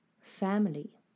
family